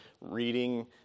reading